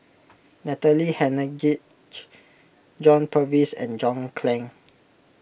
Natalie Hennedige John Purvis and John Clang